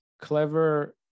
clever